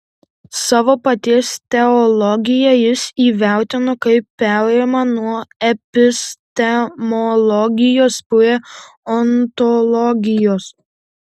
savo paties teologiją jis įvertino kaip perėjimą nuo epistemologijos prie ontologijos